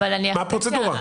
מה הפרוצדורה?